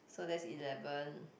so that's eleven